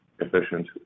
efficient